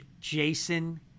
Jason